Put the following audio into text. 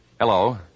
Hello